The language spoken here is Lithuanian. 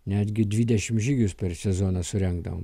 netgi dvidešimt žygius per sezoną surengdavom